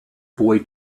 boy